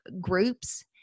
groups